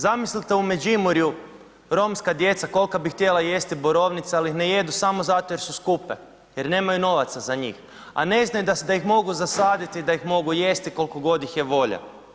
Zamislite u Međimurju romska djeca kolika bi htjela jesti borovnice ali ih ne jedu samo zato jer su skupe, jer nemaju novaca za njih, a ne znaju da ih mogu zasaditi, da ih mogu jesti koliko god ih je volja.